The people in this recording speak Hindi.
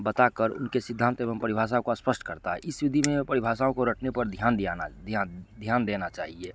बता कर उनके सिद्धांत एवं परिभाषा को अस्पष्ट करता है इस विधि में परिभाषाओं को रटने पर ध्यान दियाना ध्यान ध्यान देना चाहिए